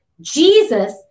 Jesus